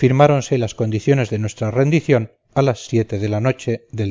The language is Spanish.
firmáronse las condiciones de nuestra rendición a las siete de la noche del